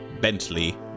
Bentley